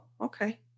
okay